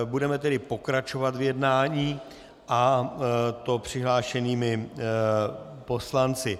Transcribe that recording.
Budeme tedy pokračovat v jednání, a to přihlášenými poslanci.